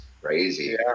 crazy